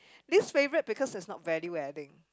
least favourite because it's not value adding